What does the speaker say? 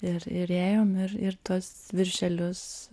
ir ir ėjom ir ir tuos viršelius